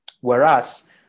whereas